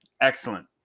Excellent